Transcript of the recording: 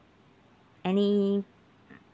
any mm